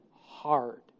hard